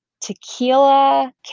tequila